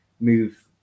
move